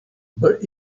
but